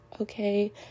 okay